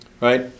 right